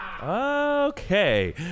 Okay